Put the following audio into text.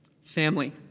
Family